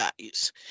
values